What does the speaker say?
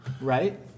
right